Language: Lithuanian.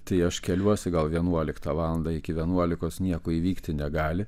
tai aš keliuosi gal vienuoliktą valandą iki vienuolikos nieko įvykti negali